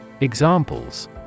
Examples